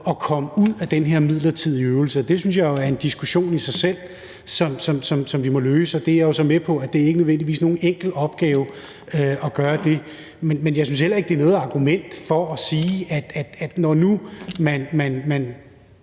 at komme ud af den her midlertidige øvelse, og det synes jeg jo er en diskussion i sig selv og noget, som vi må løse. Jeg er jo så med på, at det ikke nødvendigvis er nogen enkel opgave at gøre det, men jeg synes heller ikke, at det er noget argument for at sige, at når nu man,